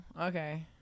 okay